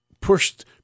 pushed